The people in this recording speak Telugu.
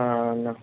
అన్న